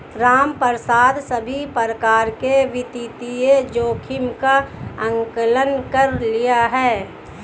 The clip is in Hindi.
रामप्रसाद सभी प्रकार के वित्तीय जोखिम का आंकलन कर लिए है